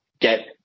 get